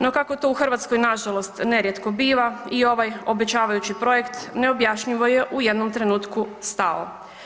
No kako to u Hrvatskoj nažalost nerijetko biva i ovaj obećavajući projekt neobjašnjivo je u jednom trenutku stao.